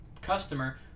customer